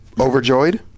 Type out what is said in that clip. Overjoyed